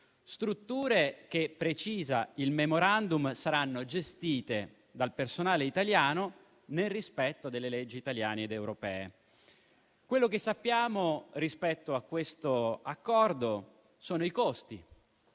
quanto precisa il *memorandum*, saranno gestite dal personale italiano nel rispetto delle leggi italiane ed europee. Quello che sappiamo rispetto a questo Protocollo sono i costi